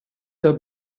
der